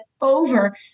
over